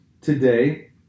today